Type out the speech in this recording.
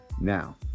Now